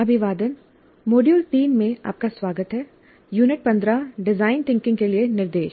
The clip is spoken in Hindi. अभिवादन के मॉड्यूल 3 में आपका स्वागत है यूनिट 15 डिजाइन थिंकिंग के लिए निर्देश